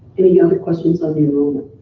any other questions on the enrollment?